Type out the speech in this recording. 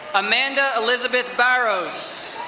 amanda elizabeth barrows.